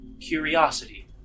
curiosity